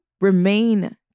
remain